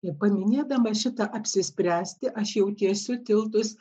ir paminėdama šitą apsispręsti aš jau tiesiu tiltus